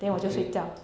okay